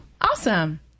Awesome